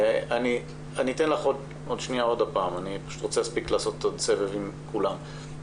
אני רוצה להספיק לעשות סבב עם כולם.